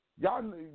Y'all